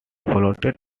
flooded